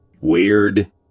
Weird